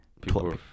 People